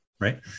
Right